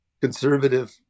conservative